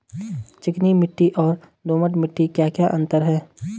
चिकनी मिट्टी और दोमट मिट्टी में क्या क्या अंतर है?